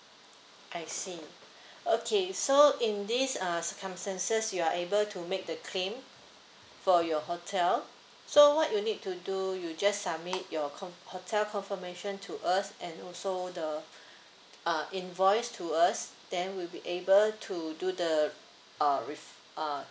I see okay so in these uh circumstances you are able to make the claim for your hotel so what you need to do you just submit your com~ hotel confirmation to us and also the uh invoice to us then we'll be able to do the uh ref~ uh